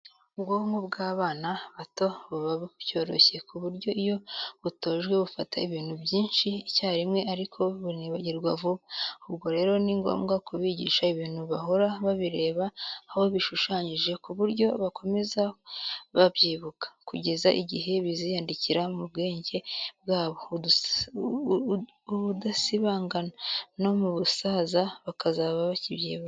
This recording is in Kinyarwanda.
Ubwonko bw'abana bato buba bucyoroshye, ku buryo iyo butojwe bufata ibintu byinshi icyarimwe ariko bunibagirwa vuba, ubwo rero ni ngombwa kubigisha ibintu bahora babireba aho bishushanyije ku buryo bakomeza babyibuka, kugeza igihe biziyandikira mu bwenge bwabo ubudasibandana, no mu busaza bakazaba bakibyibuka.